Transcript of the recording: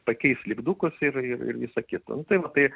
pakeis lipdukus ir ir ir visa kita nu tai va tai